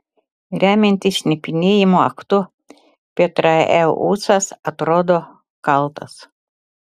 remiantis šnipinėjimo aktu petraeusas atrodo kaltas